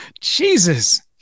Jesus